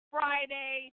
Friday